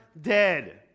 Dead